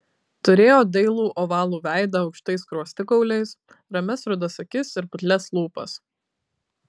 turėjo dailų ovalų veidą aukštais skruostikauliais ramias rudas akis ir putlias lūpas